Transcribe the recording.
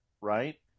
right